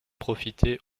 profité